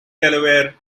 delaware